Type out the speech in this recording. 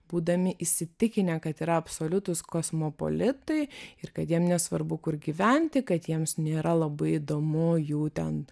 būdami įsitikinę kad yra absoliutūs kosmopolitai ir kad jiem nesvarbu kur gyventi kad jiems nėra labai įdomu jų ten